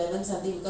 (uh huh)